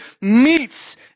meets